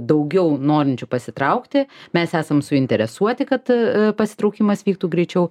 daugiau norinčių pasitraukti mes esam suinteresuoti kad pasitraukimas vyktų greičiau